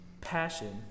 passion